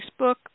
Facebook